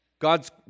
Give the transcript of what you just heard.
God's